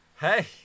hey